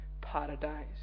paradise